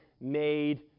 made